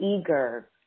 eager